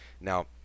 Now